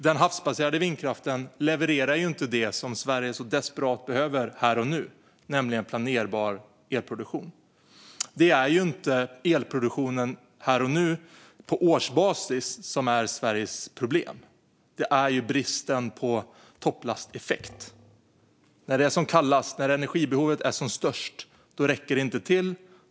Den havsbaserade vindkraften levererar ju inte det som Sverige så desperat behöver här och nu, nämligen planerbar elproduktion. Det är ju inte elproduktionen här och nu, på årsbasis, som är Sveriges problem, utan det är bristen på topplasteffekt. När det är som kallast - när energibehovet är som störst - räcker det inte till.